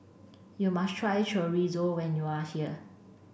you must try Chorizo when you are here